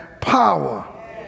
power